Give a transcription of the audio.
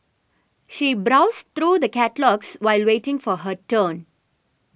she browsed through the catalogues while waiting for her turn